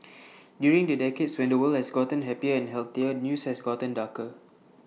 during the decades when the world has gotten happier and healthier news has gotten darker